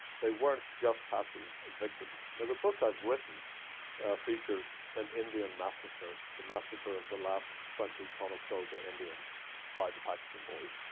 they weren't just passive victims. now, the book i've written features an indian massacre the massacre of the last twenty conestoga indians by the paxton boys.